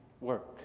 work